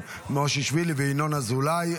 מושיאשוילי וינון אזולאי.